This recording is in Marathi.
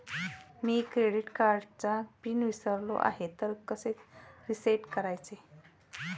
मी क्रेडिट कार्डचा पिन विसरलो आहे तर कसे रीसेट करायचे?